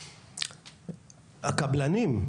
הקבלנים,